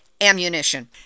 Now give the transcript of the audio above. ammunition